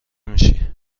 میشی